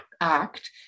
act